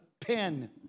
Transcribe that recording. pen